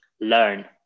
learn